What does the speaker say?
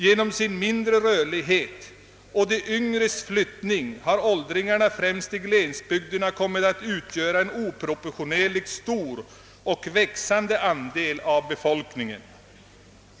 Genom sin mindre rörlighet och de yngres flyttning har åldringarna främst i gles bygderna kommit att utgöra en oproportionerligt stor och växande andel av befolkningen.